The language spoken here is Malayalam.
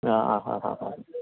മ്മ് ആ ഹാ ഹാ ആഹ്